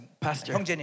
Pastor